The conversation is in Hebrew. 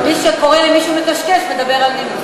ועוד מי שקורא למישהו "מקשקש" מדבר על נימוס.